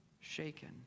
shaken